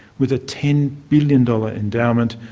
with a ten billion dollars endowment,